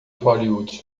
hollywood